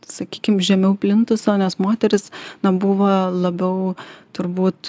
sakykim žemiau plintuso nes moteris na buvo labiau turbūt